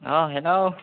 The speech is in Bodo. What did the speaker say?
औ हेलौ